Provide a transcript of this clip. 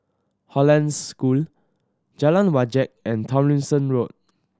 Hollandse School Jalan Wajek and Tomlinson Road